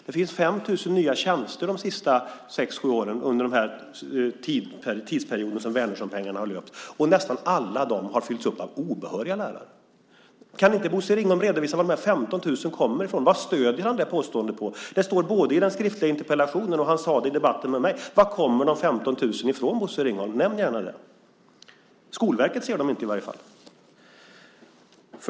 Det finns 5 000 nya tjänster som tillkommit de senaste sex sju åren, under den tidsperiod Wärnerssonpengarna har löpt, och nästan alla har fyllts upp av obehöriga lärare. Kan inte Bosse Ringholm redovisa var de 15 000 kommer ifrån? Vad stöder han det påståendet på? Det står i både den skriftliga interpellationen och han sade det i debatten med mig. Varifrån kommer de 15 000, Bosse Ringholm? Nämn gärna det! Skolverket ser dem inte i varje fall.